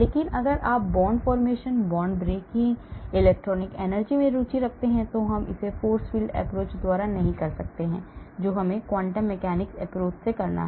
लेकिन अगर आप bond formation bond breaking electronic energy में रुचि रखते हैं तो हम इसे force field approach द्वारा नहीं कर सकते हैं जो हमें quantum mechanics approach से करना है